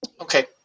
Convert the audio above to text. Okay